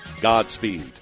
Godspeed